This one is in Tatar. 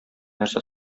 нәрсә